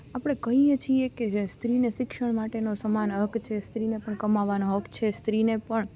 આપણે કહીએ છીએ કે સ્ત્રીને શિક્ષણ માટેનો સમાન હક છે સ્ત્રીને પણ કમાવાનો હક છે સ્ત્રીને પણ